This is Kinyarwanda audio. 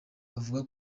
avuga